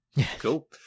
Cool